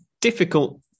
difficult